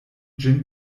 ĝin